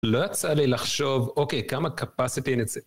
לא יצא לי לחשוב, אוקיי, כמה capacity אין את זה.